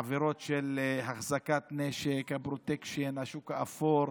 העבירות של החזקת נשק, הפרוטקשן, השוק האפור,